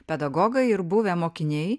pedagogai ir buvę mokiniai